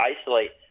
isolate